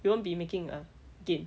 you won't be making a gain